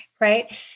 right